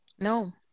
No